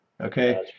okay